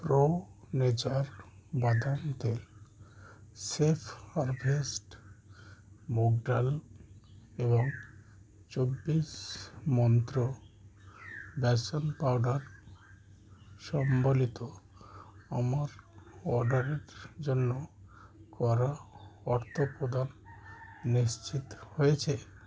pro nature বাদাম তেল safe harvest মুগ ডাল এবং চব্বিশ মন্ত্র বেসন পাউডার সম্বলিত আমার অর্ডারের জন্য করা অর্থপ্রদান নিশ্চিত হয়েছে